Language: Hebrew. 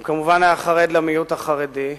הוא, כמובן, היה חרד למיעוט החרדי,